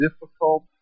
difficult